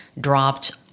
dropped